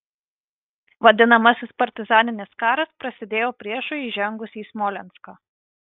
vadinamasis partizaninis karas prasidėjo priešui įžengus į smolenską